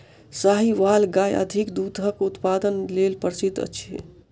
साहीवाल गाय अधिक दूधक उत्पादन लेल प्रसिद्ध अछि